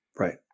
Right